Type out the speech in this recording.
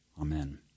Amen